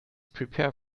prepare